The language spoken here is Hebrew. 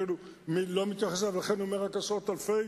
ואני לא מתייחס אליו,